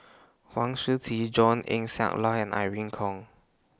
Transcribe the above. Huang Shiqi John Eng Siak Loy and Irene Khong